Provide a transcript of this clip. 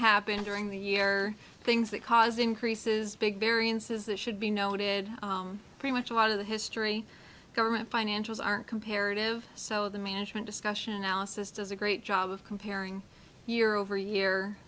happened during the year things that caused increases big variances that should be noted pretty much a lot of the history government financials aren't comparative so the management discussion analysis does a great job of comparing year over year